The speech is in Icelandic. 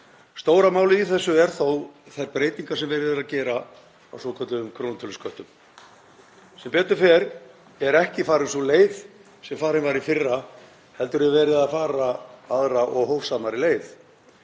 Stóra málið í þessu eru þó þær breytingar sem verið er að gera á svokölluðum krónutölusköttum. Sem betur fer er ekki farin sú leið sem farin var í fyrra heldur er verið að fara aðra og hófsamari leið.